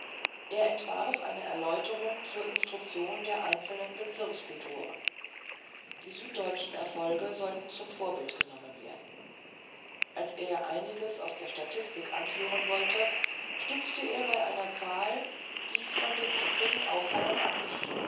er entwarf eine erläuterung zur instruktion der einzelnen bezirkskultoren die süddeutschen erfolge sollten zum vorbild genommen werden als er einiges aus der statistik anführen wollte stutzte er bei einer zahl die von den übrigen auffallend abwich